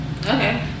okay